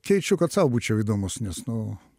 keičiu kad sau būčiau įdomus nes nu